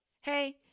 Hey